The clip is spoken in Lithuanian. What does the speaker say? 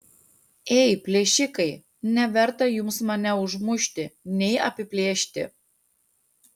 ei plėšikai neverta jums mane užmušti nei apiplėšti